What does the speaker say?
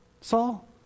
Saul